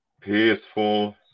peaceful